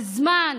אבל זמן